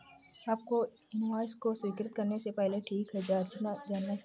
आपको इनवॉइस को स्वीकृत करने से पहले ठीक से जांचना चाहिए